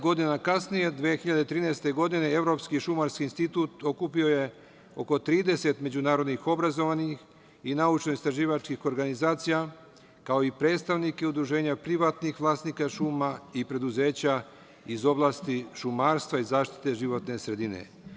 Evropski šumarski institut, 20 godina kasnije, 2013. godine, okupio je oko 30 međunarodnih obrazovnih i naučno-istraživačkih organizacija, kao i predstavnike udruženja privatnih vlasnika šuma i preduzeća iz oblasti šumarstva i zaštite životne sredine.